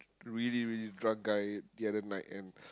really really drunk guy the other night and